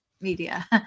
media